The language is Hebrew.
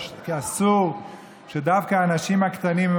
כי אסור שדווקא האנשים הקטנים,